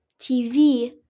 TV